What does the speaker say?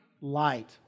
light